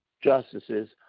justices